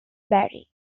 barry